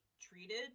treated